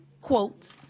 quote